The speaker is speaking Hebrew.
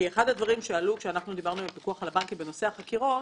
כשאנחנו דיברנו עם הפיקוח על הבנקים בנושא חקירות,